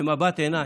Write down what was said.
במבט עיניים,